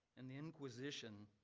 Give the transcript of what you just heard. and the inquisition